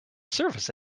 service